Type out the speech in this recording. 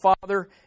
father